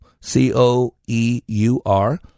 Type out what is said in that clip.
C-O-E-U-R